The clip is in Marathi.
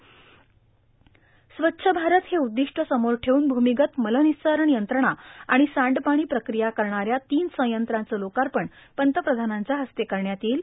स्वच्छ भारत हे उद्दिष्ट समोर ठेऊन भूमीगत मलनिसारण यंत्रणा आणि सांडपाणी प्रक्रिया करणाऱ्या तीन सयंत्राचं लोकार्पण पंतप्रधानांच्या हस्ते करण्यात येईल